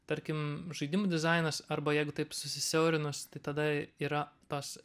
tarkim žaidimų dizainas arba jeigu taip susisiaurinus tai tada yra tos